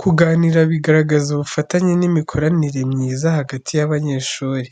Kuganira bigaragaza ubufatanye n'imikoranire myiza hagati y'abanyeshuri.